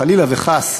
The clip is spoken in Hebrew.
חלילה וחס,